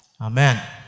Amen